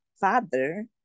father